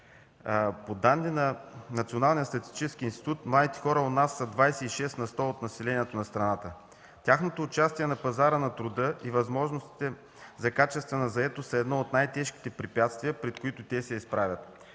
По данни на Националния статистически институт младите хора у нас са 26 на сто от населението на страната. Тяхното участие на пазара на труда и възможностите за качествена заетост са едни от най-тежките препятствия, пред които те се изправят.